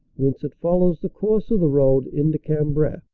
whence it follows the course of the road into cambrai.